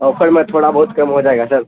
offer میں تھوڑا بہت کم ہو جائے گا سر